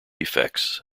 effects